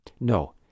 No